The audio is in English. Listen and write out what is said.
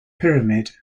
pyramid